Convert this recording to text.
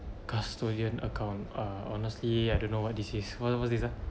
custodian account ah honestly I don't know what this is what what is this ah